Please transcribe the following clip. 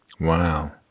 Wow